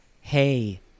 hey